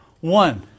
One